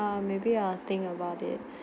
err maybe I'll think about it